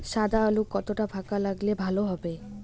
সাদা আলু কতটা ফাকা লাগলে ভালো হবে?